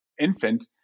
infant